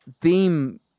theme